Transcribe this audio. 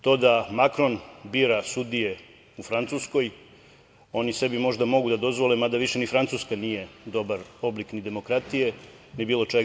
To da Makron bira sudije u Francuskoj, oni sebi možda mogu da dozvole, mada više ni Francuska nije dobar oblik ni demokratije ni bilo čega.